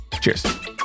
cheers